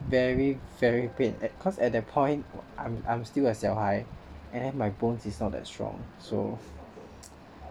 very very pain at cause at that point I'm I'm still a 小孩 and then my bones is not that strong so